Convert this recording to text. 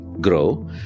grow